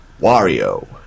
Wario